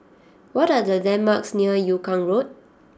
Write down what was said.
what are the landmarks near Yung Kuang Road